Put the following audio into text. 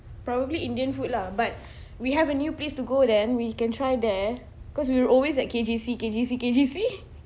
probably indian food lah but we have a new place to go then we can try there cause we were always at K_G_C K_G_C K_G_C